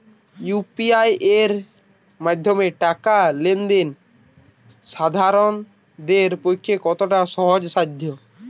UPI এর মাধ্যমে টাকা লেন দেন সাধারনদের পক্ষে কতটা সহজসাধ্য?